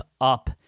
up